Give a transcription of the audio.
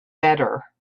better